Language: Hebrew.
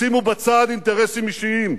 שימו בצד אינטרסים אישיים,